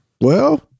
Well-